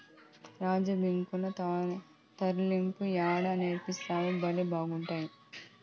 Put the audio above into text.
రాజ్మా బిక్యుల తాలింపు యాడ నేర్సితివి, బళ్లే బాగున్నాయి